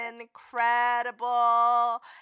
incredible